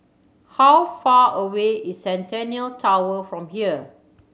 how far away is Centennial Tower from here